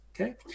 Okay